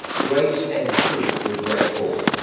grace and truth would break forth.